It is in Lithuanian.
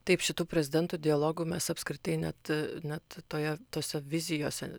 taip šitų prezidentų dialogų mes apskritai net net toje tose vizijose